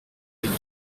des